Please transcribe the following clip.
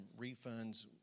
refunds